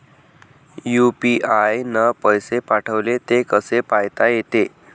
UPI न पैसे पाठवले, ते कसे पायता येते?